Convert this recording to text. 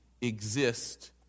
exist